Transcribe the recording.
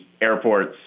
airports